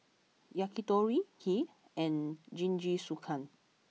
Yakitori Kheer and Jingisukan